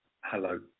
Hello